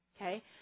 okay